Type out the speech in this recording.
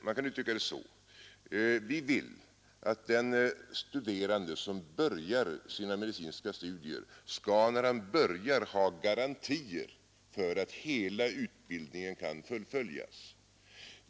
Man kan uttrycka det så: Vi vill att en studerande när han börjar sina medicinska studier skall ha garantier för att hela utbildningen kan fullföljas.